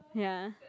ya